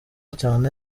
cyane